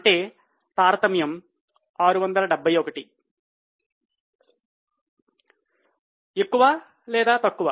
అంటే తారతమ్యము 671 ఎక్కువ లేదా తక్కువ